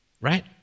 Right